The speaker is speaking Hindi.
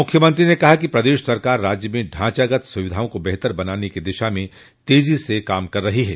मुख्यमंत्री ने कहा कि प्रदेश सरकार राज्य में ढांचागत सुविधाओं को बेहतर बनाने की दिशा में तेजी से कार्य कर रही है